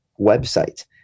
website